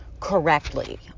Correctly